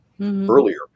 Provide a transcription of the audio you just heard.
earlier